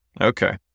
Okay